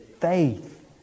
faith